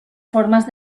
formas